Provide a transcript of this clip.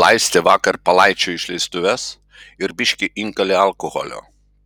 laistė vakar palaičio išleistuves ir biškį inkalė alkoholio